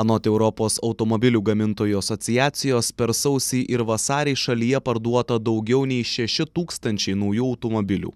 anot europos automobilių gamintojų asociacijos per sausį ir vasarį šalyje parduota daugiau nei šeši tūkstančiai naujų automobilių